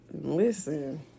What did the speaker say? Listen